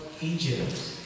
Egypt